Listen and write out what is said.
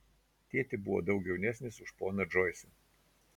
tėtė buvo daug jaunesnis už poną džoisą